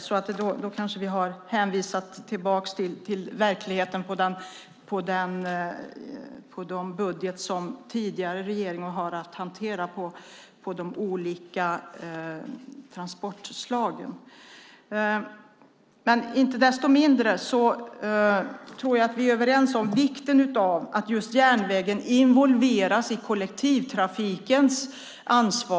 Då kanske vi har hänvisat tillbaka till verkligheten i fråga om den budget som tidigare regering har haft att hantera när det gäller de olika transportslagen. Men inte desto mindre tror jag att vi är överens om vikten av att järnvägen involveras i kollektivtrafikens ansvar.